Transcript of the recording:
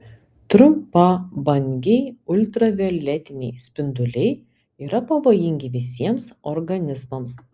trumpabangiai ultravioletiniai spinduliai yra pavojingi visiems organizmams